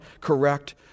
correct